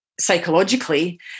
psychologically